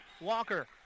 Walker